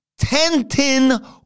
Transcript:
Tentin